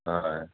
হয়